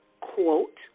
quote